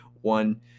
one